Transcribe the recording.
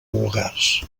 vulgars